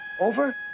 Over